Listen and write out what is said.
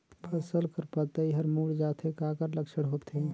फसल कर पतइ हर मुड़ जाथे काकर लक्षण होथे?